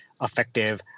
effective